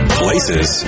places